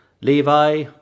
Levi